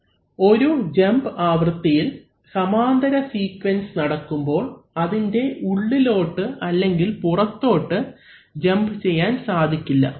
അവലംബിക്കുന്ന സ്ലൈഡ് സമയം 1253 ഒരു ജമ്പ് ആവൃത്തിയിൽ സമാന്തര സീക്വൻസ് നടക്കുമ്പോൾ അതിൻറെ ഉള്ളിലോട്ടു അല്ലെങ്കിൽ പുറത്തോട്ട് ജമ്പ് ചെയ്യാൻ സാധിക്കില്ല